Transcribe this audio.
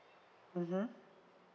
mmhmm